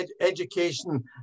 Education